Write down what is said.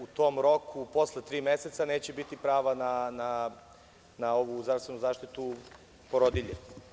U tom roku posle tri meseca neće biti prava na ovu zdravstvenu zaštitu porodilje.